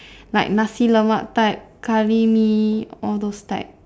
like nasi-lemak type curry mee all those types